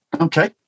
okay